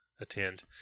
attend